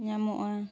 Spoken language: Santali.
ᱧᱟᱢᱚᱜᱼᱟ